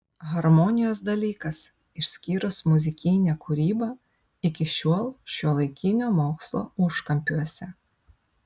harmonijos dalykas išskyrus muzikinę kūrybą iki šiol šiuolaikinio mokslo užkampiuose